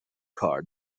کار